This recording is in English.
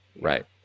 Right